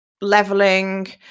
leveling